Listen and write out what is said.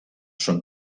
són